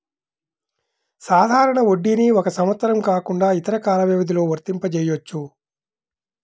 సాధారణ వడ్డీని ఒక సంవత్సరం కాకుండా ఇతర కాల వ్యవధిలో వర్తింపజెయ్యొచ్చు